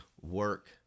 work